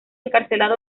encarcelado